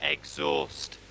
Exhaust